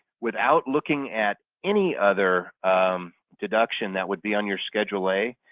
without looking at any other deduction, that would be on your schedule a,